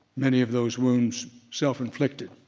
many of those wounds self-inflicted.